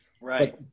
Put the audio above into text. right